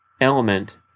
element